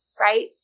right